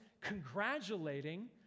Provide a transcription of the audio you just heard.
congratulating